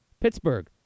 Pittsburgh